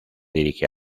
dirige